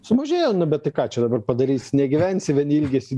sumažėjo bet tai ką čia dabar padarysi negyvensi vien ilgesiu